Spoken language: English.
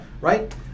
right